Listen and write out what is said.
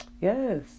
Yes